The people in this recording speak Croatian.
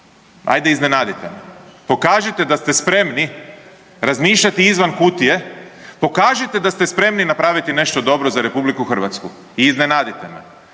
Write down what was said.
Ajde, iznenadite me. Pokažite da ste spremni razmišljati izvan kutije, pokažite da ste spremni napraviti nešto dobro za RH i iznenadite me.